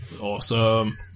Awesome